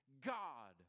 God